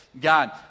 God